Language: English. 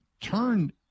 turned